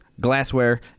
glassware